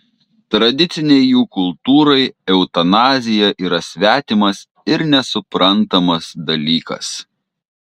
tradicinei jų kultūrai eutanazija yra svetimas ir nesuprantamas dalykas